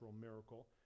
miracle